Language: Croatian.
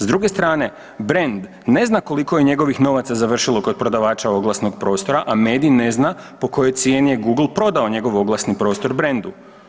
S druge strane, brand ne zna koliko je njegovih novaca završilo kod prodavača oglasnih prostora, a medij ne zna po kojoj cijeni je Google prodao njegov oglasni prostor brandu.